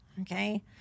okay